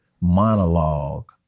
monologue